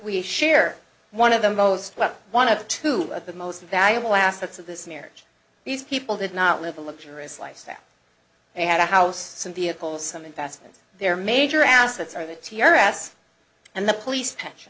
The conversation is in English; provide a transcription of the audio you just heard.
we share one of the most well one of the two of the most valuable aspects of this marriage these people did not live a luxurious lifestyle they had a house some vehicles some investments their major assets are the t r s and the police p